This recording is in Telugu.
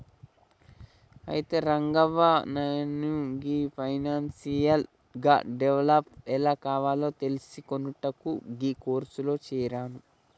అయితే రంగవ్వ నాను గీ ఫైనాన్షియల్ గా డెవలప్ ఎలా కావాలో తెలిసికొనుటకు గీ కోర్సులో జేరాను